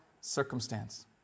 circumstance